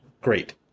Great